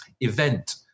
event